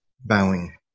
Bowing